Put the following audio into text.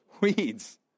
weeds